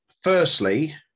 Firstly